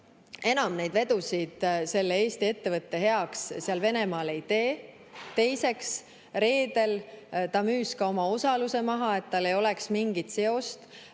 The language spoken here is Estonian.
enam neid vedusid selle Eesti ettevõtte heaks seal Venemaal ei tee. Teiseks, reedel ta müüs ka oma osaluse maha, et tal ei oleks mingit seost